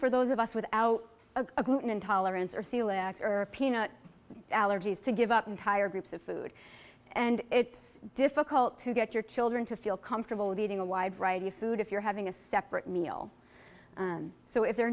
for those of us without a gluten intolerance or c l a x or peanut allergies to give up entire groups of food and it's difficult to get your children to feel comfortable with eating a wide variety of food if you're having a separate meal so if there